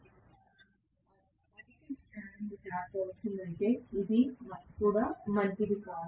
అధిక ప్రారంభ టార్క్ అవసరమైతే ఇది మంచి ఎంపిక కాదు